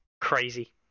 Crazy